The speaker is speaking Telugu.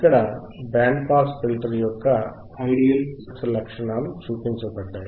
ఇక్కడ బ్యాండ్ పాస్ ఫిల్టర్ యొక్క ఐడియల్ లక్షణాలుచూపించబడ్డాయి